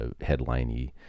headliney